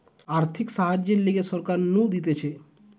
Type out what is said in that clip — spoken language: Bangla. আর্থিক সাহায্যের লিগে সরকার নু দিতেছে